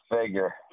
figure